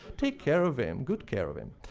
take care of him, good care of him.